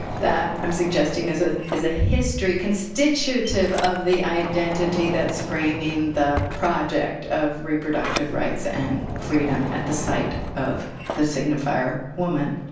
that, i'm suggesting, is ah is a history constituative of the identity that's framing the project of reproductive rights and freedom at the site of the signifier woman.